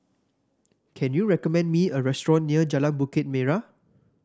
can you recommend me a restaurant near Jalan Bukit Merah